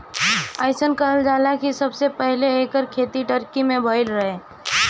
अइसन कहल जाला कि सबसे पहिले एकर खेती टर्की में भइल रहे